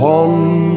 one